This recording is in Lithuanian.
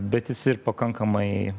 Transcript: bet jis ir pakankamai